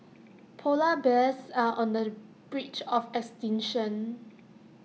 Polar Bears are on the branch of extinction